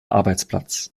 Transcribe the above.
arbeitsplatz